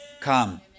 Come